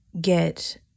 get